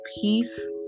peace